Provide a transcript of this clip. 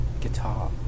guitar